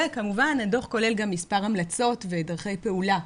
וכמובן הדו"ח כולל גם מספר המלצות ודרכי פעולה,